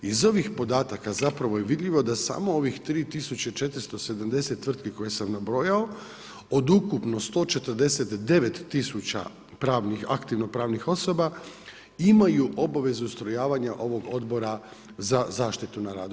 Iz ovih podataka zapravo je vidljivo da samo ovih 3 tisuće 470 tvrtke koje sam nabrojao od ukupno 149 tisuća pravnih, aktivno pravnih osoba, imaju obvezu ustrojavanju ovog odbora za zaštitu na radu.